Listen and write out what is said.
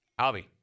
Albie